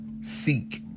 seek